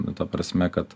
nu ta prasme kad